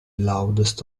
loudest